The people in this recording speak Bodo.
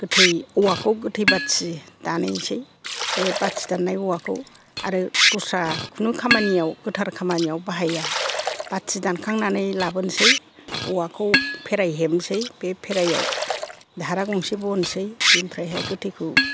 गोथै औवाखौ गोथै बाथि बानायनोसै बे बाथि दाननाय औवाखौ आरो दस्रा कुनु खामानियाव गोथार खामानियाव बाहाया बाथि दानखांनानै लाबोनोसै औवाखौ फेरायहेबनोसै बे फेरायहेबनायाव धारा गंसे बनोसै बिनिफ्रायहाय गोथैखौ